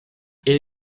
ele